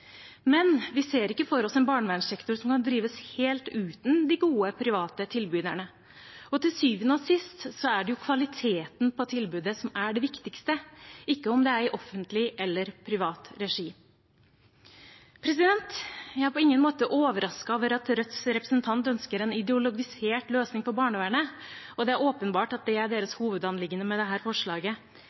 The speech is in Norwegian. Men vi ser ikke for oss en barnevernssektor som kan drives helt uten de gode private tilbyderne, og til syvende og sist er det jo kvaliteten på tilbudet som er det viktigste, ikke om det er i offentlig eller privat regi. Jeg er på ingen måte overrasket over at Rødts representant ønsker en ideologisert løsning for barnevernet, og det er åpenbart at det er deres hovedanliggende med dette forslaget,